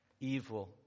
evil